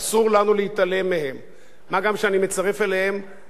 מה גם שאני מצרף אליהם את דבריו של ראש המוסד לאחרונה,